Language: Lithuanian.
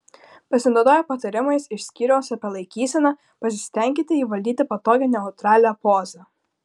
pasinaudoję patarimais iš skyriaus apie laikyseną pasistenkite įvaldyti patogią neutralią pozą